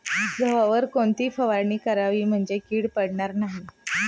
गव्हावर कोणती फवारणी करावी म्हणजे कीड पडणार नाही?